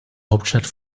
hauptstadt